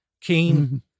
keen